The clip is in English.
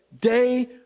day